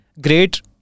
great